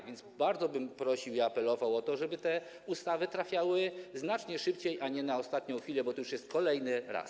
A więc bardzo bym prosił i apelował o to, żeby te ustawy trafiały znacznie szybciej, a nie na ostatnią chwilę, bo to zdarza się już kolejny raz.